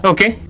Okay